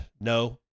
No